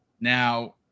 Now